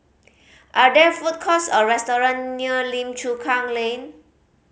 are there food courts or restaurants near Lim Chu Kang Lane